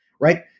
right